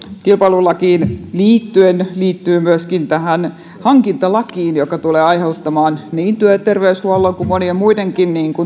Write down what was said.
kilpailulakiin liittyen tämä liittyy myöskin tähän hankintalakiin joka tulee aiheuttamaan niin työterveyshuollon kuin monien muidenkin